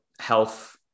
health